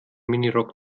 minirock